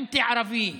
אנטי-ערבי,